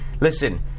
listen